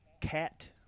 Cat